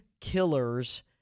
killers